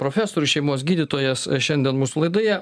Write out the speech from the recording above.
profesorius šeimos gydytojas šiandien mūsų laidoje